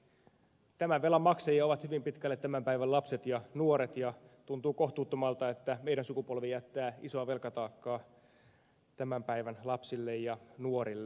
tämän velan maksajia ovat hyvin pitkälle tämän päivän lapset ja nuoret ja tuntuu kohtuuttomalta että meidän sukupolvemme jättää ison velkataakan tämän päivän lapsille ja nuorille